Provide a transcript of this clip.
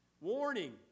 Warning